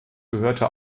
gehörte